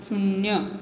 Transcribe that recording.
शून्य